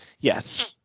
Yes